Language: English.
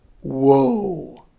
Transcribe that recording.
Whoa